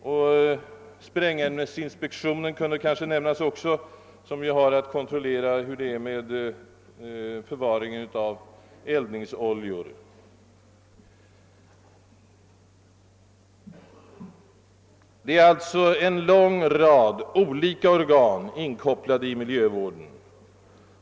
Dessutom kunde kanske också nämnas sprängämnesinspektionen, som ju bl.a. har att kontrollera hur det är ställt med förvaringen av eldningsoljor. En lång rad olika organ är alltså inkopplade i miljövården.